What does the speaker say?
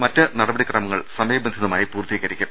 മറ്റ് നട പടിക്രമങ്ങൾ സമയബന്ധിതമായി പൂർത്തീകരിക്കും